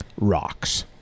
rocks